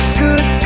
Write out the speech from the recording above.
good